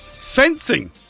Fencing